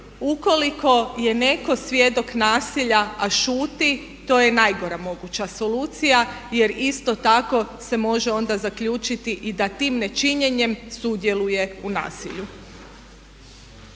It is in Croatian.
ukoliko je netko svjedok nasilja a šuti to je najgora moguća solucija jer isto tako se može onda zaključiti i da tim nečinjenjem sudjeluje u nasilju.